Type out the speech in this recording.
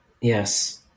yes